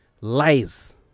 lies